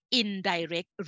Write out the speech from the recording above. indirect